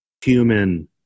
human